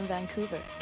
Vancouver